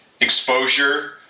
Exposure